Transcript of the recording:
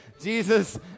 Jesus